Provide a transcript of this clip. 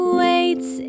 waits